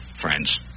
friends